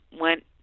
went